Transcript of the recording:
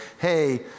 hey